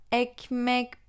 ekmek